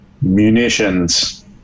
Munitions